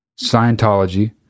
Scientology